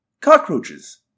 cockroaches